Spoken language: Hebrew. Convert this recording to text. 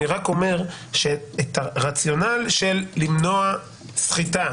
אני רק אומר שאת הרציונל של למנוע סחיטה